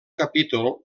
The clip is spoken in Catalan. capítol